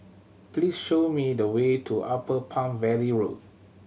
please show me the way to Upper Palm Valley Road